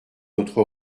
notre